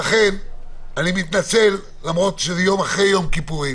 למרות שהיום אנחנו יום אחרי יום הכיפורים,